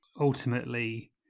ultimately